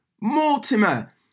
Mortimer